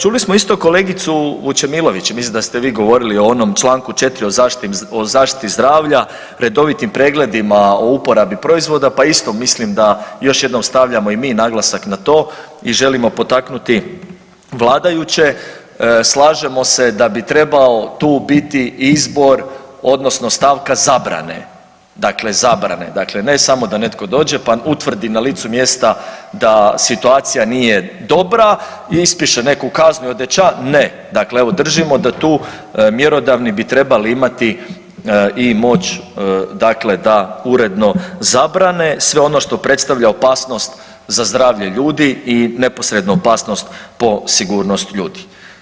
Čuli smo isto kolegicu Vučemilović, mislim da ste vi govorili o onom čl. 4. o zaštiti zdravlja, redovitim pregledima o uporabi proizvoda, pa isto mislim da još jednom stavljamo i mi naglasak na to i želimo potaknuti vladajuće, slažemo se da bi trebao tu biti izbor odnosno stavka zabrane, dakle zabrane, dakle ne samo da netko dođe pa utvrdi na licu mjesta da situacija nije dobra, ispiše neku kaznu … ne, dakle evo držimo da tu mjerodavni bi trebali imati i moć dakle da uredno zabrane, sve ono što predstavlja opasnost za zdravlje ljudi i neposrednu opasnost po sigurnost ljudi.